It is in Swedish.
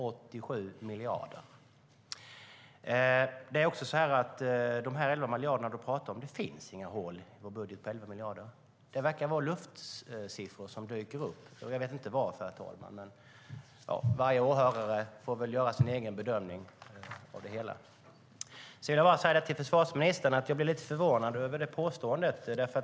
När det gäller de 11 miljarder som du talar om vill jag säga att det inte finns något hål i vårt budgetförslag på 11 miljarder. Det verkar vara en luftsiffra som dyker upp. Jag vet inte varför, men varje åhörare får väl göra sin egen bedömning av det hela. Sedan vill jag säga till försvarsministern att jag blev lite förvånad över hennes påstående.